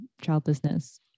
childlessness